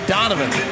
Donovan